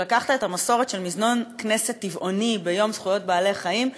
על שלקחת את המסורת של מזנון כנסת טבעוני ביום זכויות בעלי-החיים,